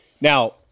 Now